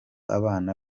abana